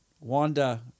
Wanda